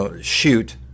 shoot